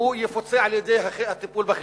יפוצה על-ידי הטיפול בחינוך.